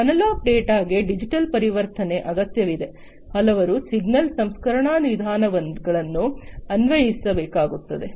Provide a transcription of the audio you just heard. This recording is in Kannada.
ಅನಲಾಗ್ ಡೇಟಾಗೆ ಡಿಜಿಟಲ್ ಪರಿವರ್ತನೆ ಅಗತ್ಯವಿದೆ ಹಲವಾರು ಸಿಗ್ನಲ್ ಸಂಸ್ಕರಣಾ ವಿಧಾನಗಳನ್ನು ಅನ್ವಯಿಸ ಬೇಕಾಗುತ್ತದೆ